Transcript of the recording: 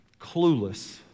clueless